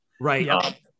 right